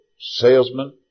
salesman